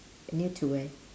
near to where